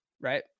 right